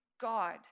God